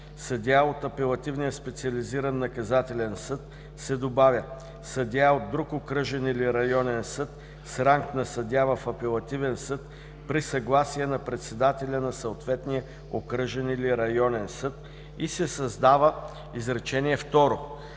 „съдия от апелативния специализиран наказателен съд“ се добавя „съдия от друг окръжен или районен съд с ранг на съдия в апелативен съд при съгласие на председателя на съответния окръжен или районен съд“ и се създава изречение второ: